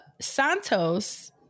Santos